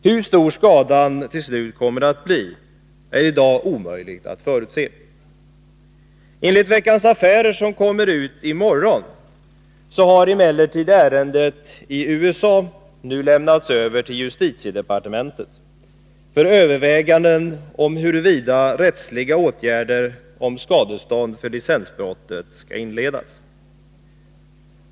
Hur stor skadan till slut kommer att bli är i dag omöjligt att förutse. Enligt det nummer av Veckans Affärer som kommer ut i morgon har emellertid ärendet i USA nu överlämnats till justitiedepartementet för överväganden om huruvida rättsliga åtgärder om skadestånd för licensbrottet skall inledas.